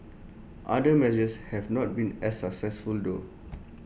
other measures have not been as successful though